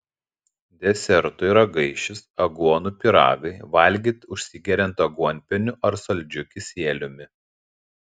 desertui ragaišis aguonų pyragai valgyti užsigeriant aguonpieniu ar saldžiu kisieliumi